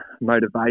motivation